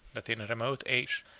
that in a remote age,